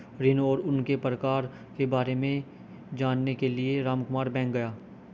ऋण और उनके प्रकार के बारे में जानने के लिए रामकुमार बैंक गया